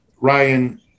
Ryan